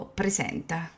presenta